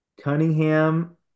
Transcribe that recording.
Cunningham